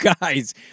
guys